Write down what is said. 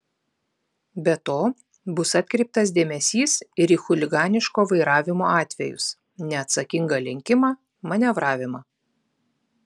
be to bus atkreiptas dėmesys ir į chuliganiško vairavimo atvejus neatsakingą lenkimą manevravimą